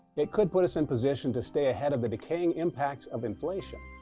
it could put us in position to stay ahead of the decaying impacts of inflation.